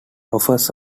offers